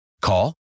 call